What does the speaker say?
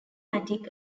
matic